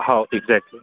हो एक्झॅक्टली